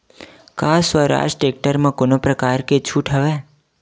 का स्वराज टेक्टर म कोनो प्रकार के छूट हवय?